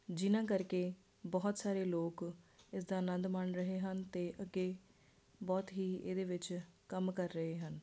ਜਿਹਨਾਂ ਕਰਕੇ ਬਹੁਤ ਸਾਰੇ ਲੋਕ ਇਸ ਦਾ ਆਨੰਦ ਮਾਣ ਰਹੇ ਹਨ ਅਤੇ ਅੱਗੇ ਬਹੁਤ ਹੀ ਇਹਦੇ ਵਿੱਚ ਕੰਮ ਕਰ ਰਹੇ ਹਨ